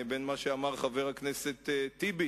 בין מה שאמר חבר הכנסת טיבי